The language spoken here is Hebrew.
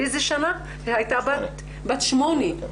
הייתה בת שמונה,